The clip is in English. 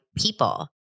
people